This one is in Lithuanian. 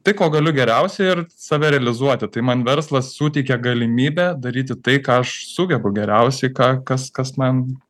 tai ko galiu geriausiai ir save realizuoti tai man verslas suteikia galimybę daryti tai ką aš sugebu geriausiai ką kas kas man